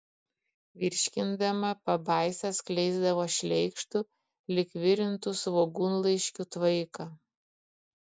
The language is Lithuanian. virškindama pabaisa skleisdavo šleikštų lyg virintų svogūnlaiškių tvaiką